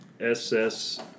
SS